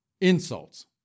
Insults